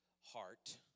heart